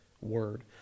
word